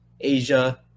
Asia